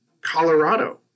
Colorado